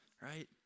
right